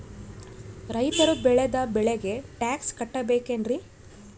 ರೈತರು ಬೆಳೆದ ಬೆಳೆಗೆ ಟ್ಯಾಕ್ಸ್ ಕಟ್ಟಬೇಕೆನ್ರಿ?